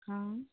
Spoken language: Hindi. हाँ